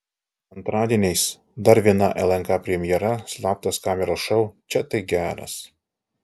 antradieniais dar viena lnk premjera slaptos kameros šou čia tai geras